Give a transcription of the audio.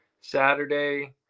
Saturday